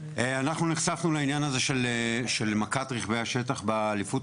אנחנו נחשפנו למכת רכבי השטח באליפות